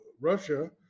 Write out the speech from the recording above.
Russia